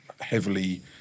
heavily